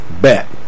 bet